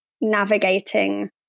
navigating